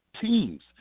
teams